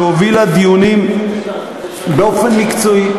שהובילה דיונים באופן מקצועי,